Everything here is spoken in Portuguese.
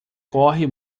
corre